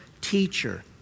teacher